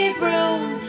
broom